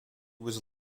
was